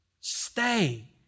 Stay